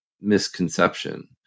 misconception